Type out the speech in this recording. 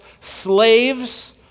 slaves